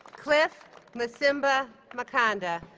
cliff masimba makanda